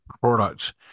products